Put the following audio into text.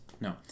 No